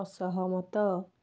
ଅସହମତ